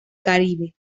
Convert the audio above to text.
caribe